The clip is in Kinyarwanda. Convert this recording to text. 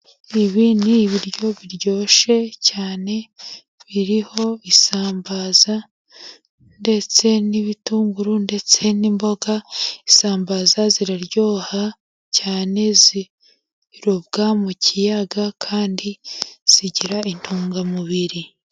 Ibi ni ibiryo biryoshye cyane, biriho isambaza, ndetse n'ibitunguru, ndetse n'imboga, isambaza ziraryoha cyane, ziroga mu kiyaga kandi zigira intungamubiri.